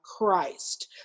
Christ